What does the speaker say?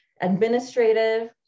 administrative